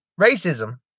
racism